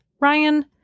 ryan